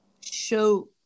show